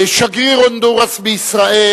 שגריר הונדורס בישראל,